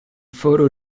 photo